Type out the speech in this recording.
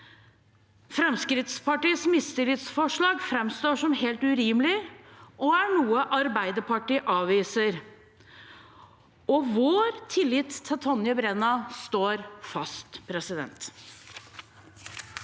Fremskrittspartiets mistillitsforslag framstår som helt urimelig og er noe Arbeiderpartiet avviser. Vår tillit til Tonje Brenna står fast. Marit